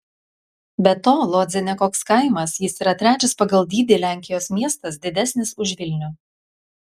be to lodzė ne koks kaimas jis yra trečias pagal dydį lenkijos miestas didesnis už vilnių